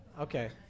Okay